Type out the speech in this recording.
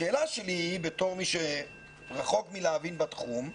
השאלה שלי היא בתור מי שרחוק מלהבין בתחום,